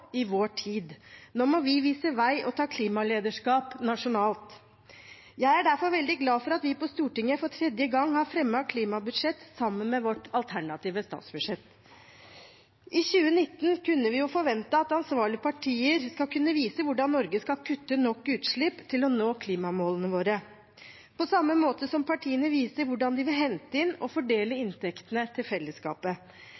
i vår tid. Nå må vi vise vei og ta klimalederskap nasjonalt. Jeg er derfor veldig glad for at vi på Stortinget for tredje gang har fremmet et klimabudsjett sammen med vårt alternative statsbudsjett. I 2019 kunne vi forventet at ansvarlige partier viser hvordan Norge skal kutte nok utslipp til å nå klimamålene sine – på samme måte som partiene viser hvordan de vil hente inn og fordele